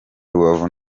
rubavu